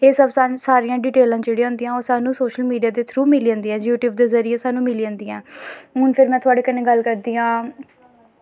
एह् बस डिटेलां जेह्ड़ियां होंदियां ऐह् सब सानूं सोशल मीडिया दे थ्रू सानूं मिली जंदियां न यूटयूब दे थ्रू सानूं मिली जंदियां न हून फिर में थोआढ़े कन्नै गल्ल करदी आं